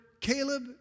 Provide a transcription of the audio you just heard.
Caleb